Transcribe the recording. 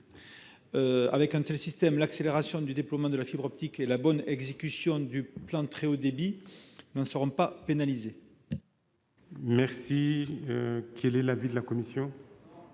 Avec un tel système, l'accélération du déploiement de la fibre optique et la bonne exécution du plan Très haut débit ne seront pas pénalisées.